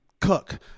cook